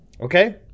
Okay